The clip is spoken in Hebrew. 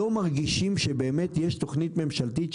ולא מרגישים שיש באמת תוכנית ממשלתית,